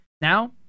Now